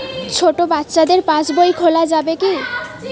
ছোট বাচ্চাদের পাশবই খোলা যাবে কি?